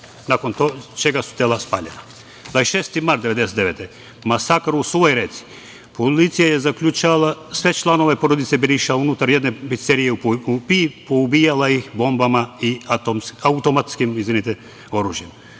26. mart 1999. godine – masakr u Suvoj Reci, policija je zaključala sve članove porodice Beriša unutar jedne picerije i poubijala ih bombama i automatskim oružjem,